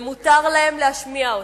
ומותר להם להשמיע אותה.